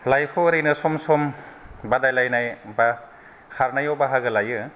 लाइफाव ओरैनो सम सम बादायलायनाय बा खारनायाव बाहागो लायो